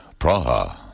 Praha